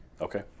Okay